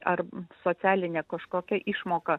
ar socialinė kažkokia išmoka